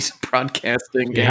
broadcasting